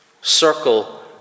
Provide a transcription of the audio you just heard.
circle